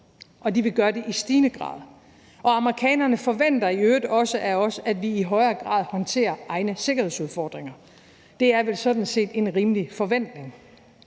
og de vil gøre det i stigende grad. Amerikanerne forventer i øvrigt også af os, at vi i højere grad håndterer egne sikkerhedsudfordringer. Det er vel sådan set en rimelig forventning.